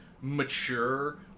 mature